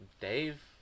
Dave